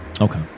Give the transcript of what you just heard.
Okay